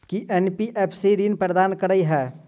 की NBFC ऋण प्रदान करे है?